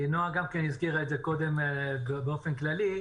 נועה גם כן הזכירה את זה קודם באופן כללי,